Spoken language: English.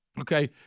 okay